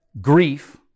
grief